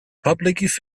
public